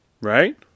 Right